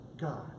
God